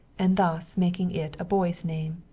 and thus making it a boy's name.